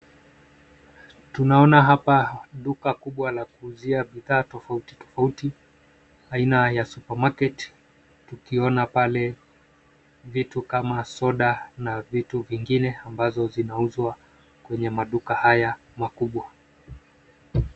Tunaona hapa duka kubwa la kuuzia bidhaa tofauti tofauti aina ya super market tukiona pale vitu kama soda na vitu vingine ambazo zinauzwa kwenye maduka haya makubwa.